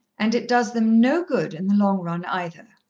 and it does them no good in the long run either.